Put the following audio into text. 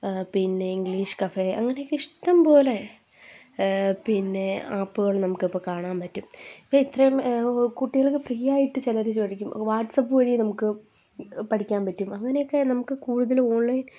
പിന്നെ English cafe അങ്ങനക്കെ ഇഷ്ടം പോലെ പിന്നെ ആപ്പുകൾ നമുക്കിപ്പം കാണാൻ പറ്റും ഇപ്പം ഇത്രേം കുട്ടികൾക്ക് ഫ്രീ ആയിട്ട് ചിലർ ചോദിക്കും വാട്ട്സ്ആപ്പ് വഴി നമുക്ക് പഠിക്കാൻ പറ്റും അങ്ങനെയൊക്കെ നമുക്ക് കൂടുതൽ ഓൺലൈൻ